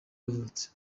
yavutse